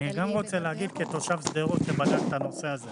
יש כאן נציג של פיקוד העורף?